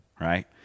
right